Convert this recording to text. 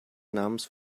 namens